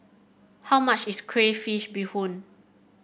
how much is Crayfish Beehoon